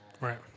right